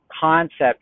concept